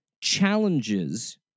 challenges